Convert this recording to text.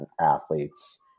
athletes